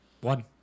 One